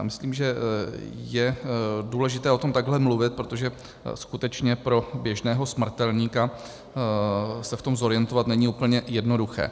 Myslím, že je důležité o tom takhle mluvit, protože skutečně pro běžného smrtelníka se v tom zorientovat není úplně jednoduché.